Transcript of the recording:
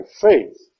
faith